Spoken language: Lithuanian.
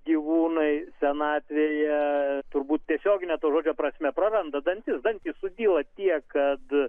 gyvūnai senatvėje turbūt tiesiogine to žodžio prasme praranda dantis dantys sudyla tiek kad